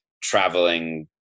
traveling